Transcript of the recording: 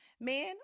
Man